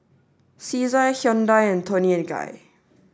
Cesar Hyundai and Toni and Guy